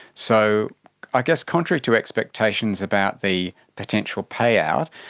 so i guess contrary to expectations about the potential payout,